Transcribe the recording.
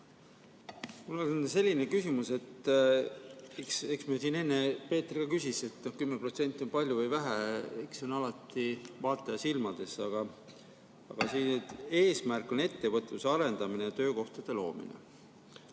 Mul on selline küsimus. Siin enne Peeter ka küsis, kas 10% on palju või vähe. Eks see ole alati vaataja silmades. Aga eesmärk on ettevõtluse arendamine ja töökohtade loomine.